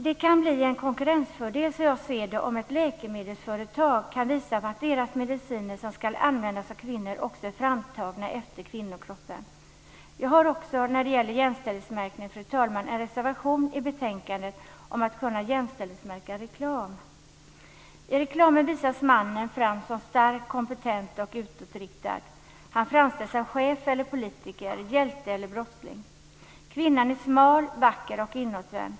Det kan bli en konkurrensfördel, som jag ser det, om ett läkemedelsföretag kan visa på att deras mediciner som ska användas av kvinnor också är framtagna efter kvinnokroppen. Jag har också när det gäller jämställdhetsmärkning, fru talman, en reservation till betänkandet om att kunna jämställdhetsmärka reklam. I reklamen visas mannen fram som stark, kompetent och utåtriktad. Han framställs som chef, politiker, hjälte eller brottsling. Kvinnan är smal, vacker och inåtvänd.